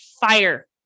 fire